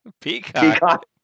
Peacock